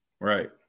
Right